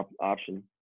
option